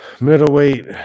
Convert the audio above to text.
Middleweight